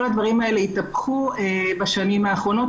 כל הדברים האלה התהפכו בשנים האחרונות,